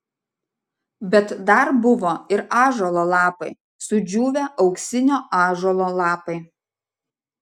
bet dar buvo ir ąžuolo lapai sudžiūvę auksinio ąžuolo lapai